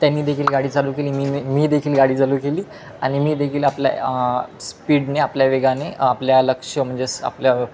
त्यांनी देखील गाडी चालू केली मीनी मी देखील गाडी चालू केली आणि मी देखील आपल्या स्पीडने आपल्या वेगाने आपल्या लक्ष म्हणजेच आपल्या